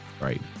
Right